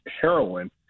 heroin